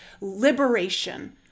liberation